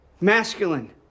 masculine